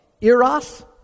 Eros